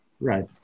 Right